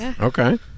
Okay